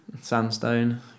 Sandstone